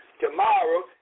tomorrow